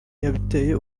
yabiteye